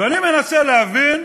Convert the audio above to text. ואני מנסה להבין,